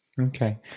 Okay